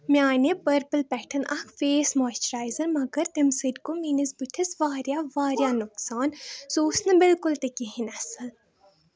مےٚ اَنہِ پٔرپٕل پؠٹھ اَکھ فیس موچرایزَر مَگَر تمہِ سٟتۍ گوٚو میٲنِس بٕتھِس واریاہ واریاہ نۄقصان سُہ اوس نہٕ بِلکُل تہِ کِہیٖنۍ اَصٕل